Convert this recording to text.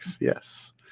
Yes